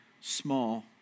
small